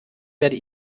werde